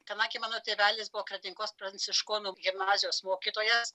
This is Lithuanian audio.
kadangi mano tėvelis buvo kretingos pranciškonų gimnazijos mokytojas